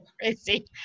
crazy